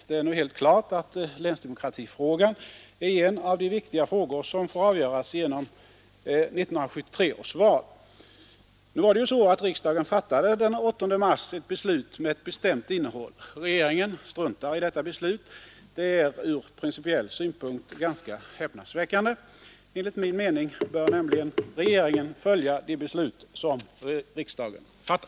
Det är nu helt klart att länsdemokratifrågan blir en av de viktiga frågor som får avgöras genom 1973 års val. Riksdagen fattade alltså den 8 mars ett beslut med ett bestämt innehåll. Regeringen struntar i detta beslut. Det är ur principiell synpunkt ganska häpnadsväckandee. Enligt min mening bör regeringen följa de beslut som riksdagen fattar.